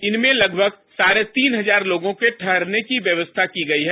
इनमें लगभग साढे तीन हजार लोगों के ठहरने की व्यवस्था की गयी है